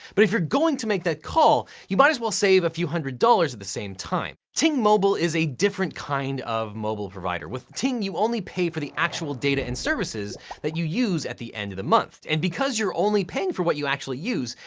but if you're going to make that call, you might as well save a few hundred dollars at the same time. ting mobile is a different kind of mobile provider. with ting, you only pay for the actual data and services that you use at the end of the month. and because you're only paying for what you actually use,